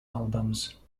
albums